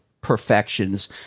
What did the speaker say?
perfections